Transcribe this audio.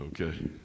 Okay